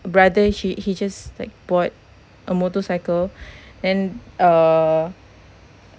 brother she he just like bought a motorcycle then err